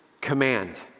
command